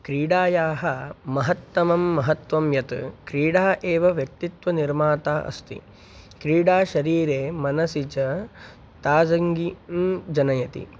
क्रीडायाः महत्तमं महत्त्वं या क्रीडा एव व्यक्तित्वनिर्माता अस्ति क्रीडा शरीरे मनसि च ताजङ्गिं जनयति